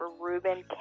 Ruben